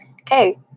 Okay